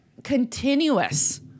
Continuous